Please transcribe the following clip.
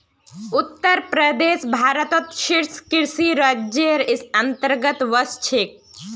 उत्तर प्रदेश भारतत शीर्ष कृषि राज्जेर अंतर्गतत वश छेक